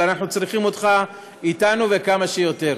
אבל אנחנו צריכים אותך אתנו, וכמה שיותר.